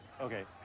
Okay